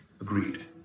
Agreed